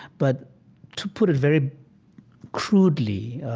but to put it very crudely,